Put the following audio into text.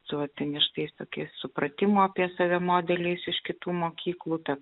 su atsineštais tokiais supratimo apie save modeliais iš kitų mokyklų ta